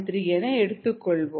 3 என எடுத்துக் கொள்வோம்